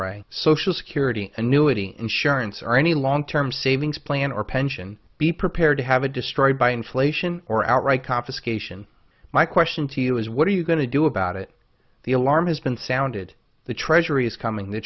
right social security annuity insurance or any long term savings plan or pension be prepared to have it destroyed by inflation or outright confiscation my question to you is what are you going to do about it the alarm has been sounded the treasury is coming t